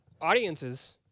audiences